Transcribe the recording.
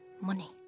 money